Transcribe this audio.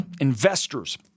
investors